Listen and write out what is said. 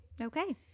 Okay